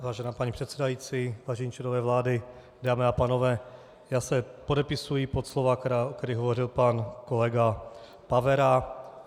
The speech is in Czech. Vážená paní předsedající, vážení členové vlády, dámy a pánové, podepisuji se pod slova, která tady hovořil pan kolega Pavera.